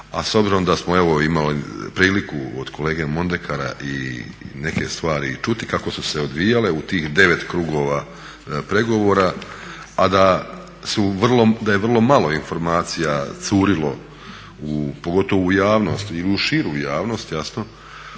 A s obzirom da smo evo imali priliku od kolege Mondekara i neke stvari i čuti kako su se odvijale u tih 9 krugova pregovora a da su, da je vrlo malo informacija curilo pogotovo u javnost ili u širu javno,